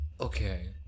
Okay